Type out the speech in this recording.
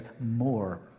more